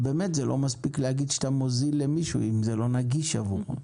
ובאמת זה לא מספיק להגיד שאתה מוזיל למישהו אם זה לא נגיש עבורו.